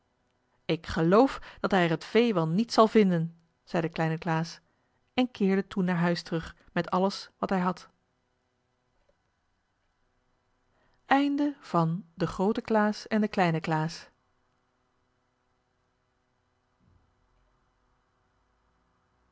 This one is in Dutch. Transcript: ik geloof dat hij er het vee wel niet zal vinden zei de kleine klaas en keerde toen naar huis terug met alles wat hij had